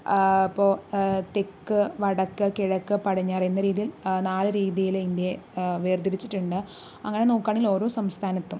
ഇപ്പോൾ തെക്ക് വടക്ക് കിഴക്ക് പടിഞ്ഞാറ് എന്ന രീതിയിൽ നാല് രീതിയിൽ ഇന്ത്യയെ വേർതിരിച്ചിട്ടുണ്ട് അങ്ങനെ നോക്കുകയാണെങ്കിൽ ഓരോ സംസ്ഥാനത്തും